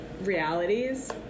realities